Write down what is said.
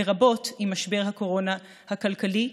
לרבות עם משבר הקורונה הכלכלי,